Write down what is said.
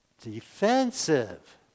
Defensive